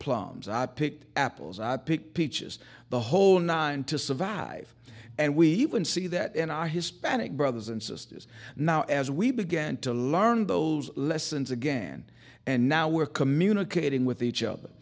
plums i pick apples i pick peaches the whole nine to survive and we can see that in our hispanic brothers and sisters now as we began to learn those lessons again and now we're communicating with each other